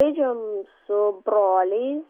aidžiam su broliais